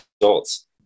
results